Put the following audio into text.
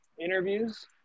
interviews